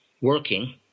working